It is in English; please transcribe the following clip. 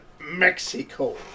Mexico